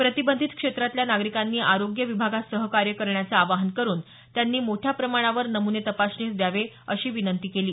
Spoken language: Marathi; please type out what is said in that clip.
प्रतिबंधित क्षेत्रातल्या नागरिकांनी आरोग्य विभागास सहकार्य करण्याचं आवाहन करुन त्यांनी मोठ्या प्रमाणावर नमुने तपासणीस द्यावे अशी विनंती केली